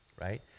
Right